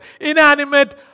inanimate